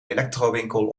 electrowinkel